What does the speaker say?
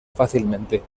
fácilmente